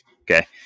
Okay